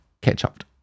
ketchup